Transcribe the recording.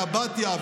קבאטיה,